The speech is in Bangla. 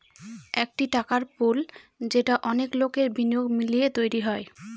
একটি টাকার পুল যেটা অনেক লোকের বিনিয়োগ মিলিয়ে তৈরী হয়